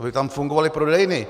Aby tam fungovaly prodejny.